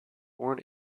born